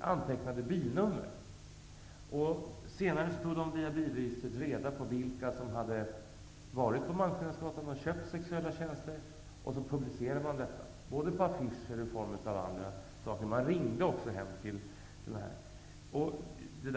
antecknade bilnummer. Senare tog de via bilregistret reda på vilka som hade varit på Detta publicerades, både på affischer och på annat sätt. Man ringde t.o.m. hem till personer.